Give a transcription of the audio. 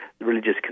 religious